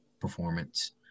performance